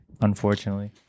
unfortunately